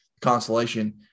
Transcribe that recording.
constellation